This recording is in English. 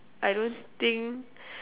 I don't think